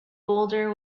boulder